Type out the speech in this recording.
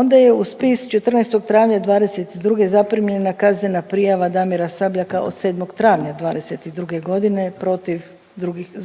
Onda je u spis 14. travnja 2022. zaprimljena kaznena prijava Damira Sabljaka od 7. travnja 2022. godine protiv,